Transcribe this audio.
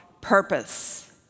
purpose